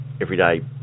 everyday